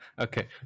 Okay